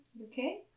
Okay